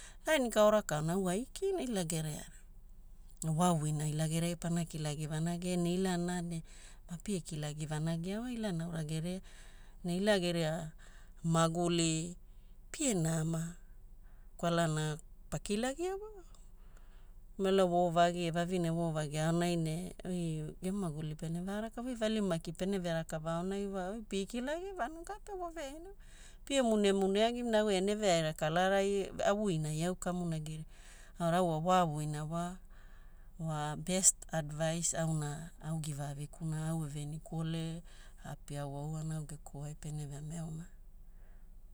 Laani ka ora ka aonai au aikina ila geriai. Wavuina ila geriai pana kilagi vanagia ne ilana ne mapie kilagi vanagia wa ila naura geriai. Ne ila geria maguli pie nama kwalana pakilagia wa melo voovagi e vavine voovagi aonai ne oi gemu maguli pene varakavaa oi valimu maki peneve rakava aonai wa oi pie kilagimu vanugape waveaina wa pie munemune agimu, ne ogiana neveaina kalarai avuina ai au kamonagira. Ne aurai ne au wa wavuina wa wa best advise auna au givaavikuna au evenikuole aapi auauaana au geku ai pene veamai eoma.